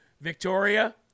Victoria